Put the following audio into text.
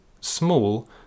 small